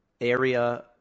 area